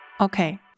Okay